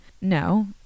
No